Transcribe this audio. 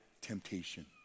temptation